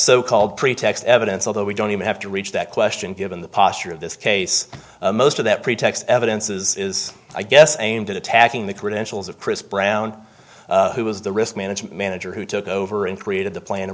so called pretext evidence although we don't even have to reach that question given the posture of this case most of that pretext evidences is i guess aimed at attacking the credentials of chris brown who was the risk management manager who took over and created the plan